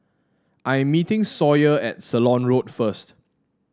I'm meeting Sawyer at Ceylon Road first